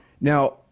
Now